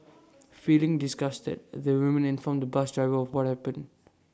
feeling disgusted the woman informed the bus driver of what happened